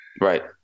Right